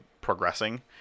progressing